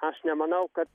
aš nemanau kad